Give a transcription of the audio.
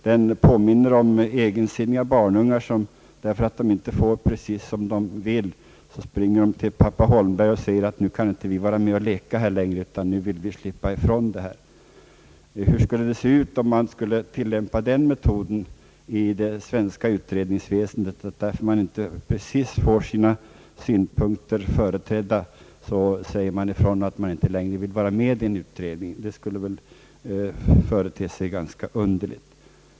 De påminner om egensinniga barnungar som inte får som de vill och därför springer till pappa Holmberg och säger att nu kan de inte vara med och leka längre, utan nu vill de slippa ifrån det här. Hur skulle det se ut om vi skulle tillämpa den metoden i det svenska utredningsväsendet, att om man inte får sina synpunkter tillgodosedda säger man ifrån att man inte längre vill vara med i utredningen? Det skulle väl te sig ganska underligt.